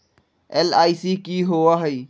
LIC की होअ हई?